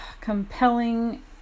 compelling